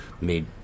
made